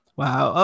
wow